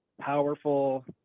powerful